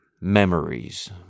memories